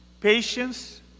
patience